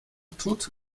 tut